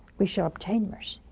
we shall obtain mercy.